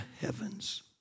heavens